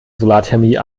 solarthermie